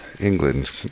England